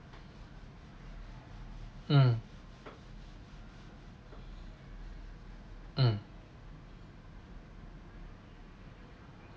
mm mm